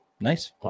Nice